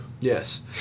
Yes